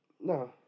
No